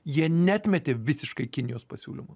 jie neatmetė visiškai kinijos pasiūlymų